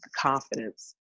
confidence